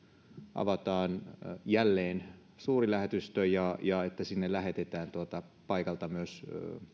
avataan jälleen suurlähetystö ja ja että sinne lähetetään paikalle myös